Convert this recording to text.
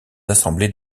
assemblées